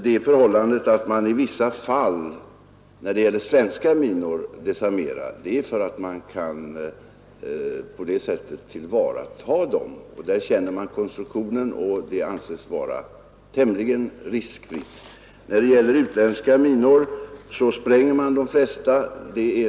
Det förhållandet att man i vissa fall desarmerar svenska minor beror på att man på det sättet kan tillvarata dem. Man känner ju konstruktionen, och arbetet anses vara tämligen riskfritt. När det gäller utländska minor spränger man de flesta.